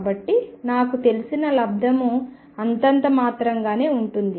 కాబట్టి నాకు తెలిసిన లబ్దము అంతంతమాత్రంగానే ఉంటుంది